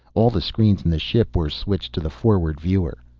all the screens in the ship were switched to the forward viewer.